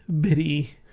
bitty